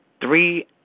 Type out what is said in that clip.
three